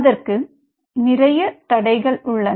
அதற்கு நிறைய தடைகள் உள்ளன